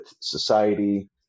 society